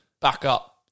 backup